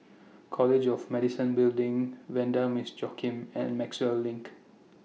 College of Medicine Building Vanda Miss Joaquim and Maxwell LINK